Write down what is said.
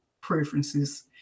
preferences